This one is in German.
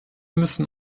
müssen